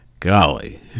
Golly